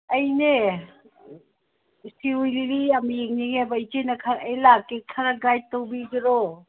ꯑꯩꯅꯦ ꯁꯤꯔꯣꯏ ꯂꯤꯂꯤ ꯌꯥꯝ ꯌꯦꯡꯅꯤꯡꯉꯦꯕ ꯏꯆꯦꯅ ꯈꯔ ꯑꯩ ꯂꯥꯛꯀꯦ ꯈꯔ ꯒꯥꯏꯠ ꯇꯧꯕꯤꯒꯦꯔꯣ